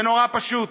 זה נורא פשוט.